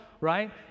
right